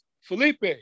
Felipe